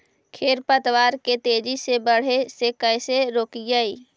खर पतवार के तेजी से बढ़े से कैसे रोकिअइ?